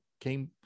came